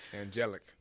angelic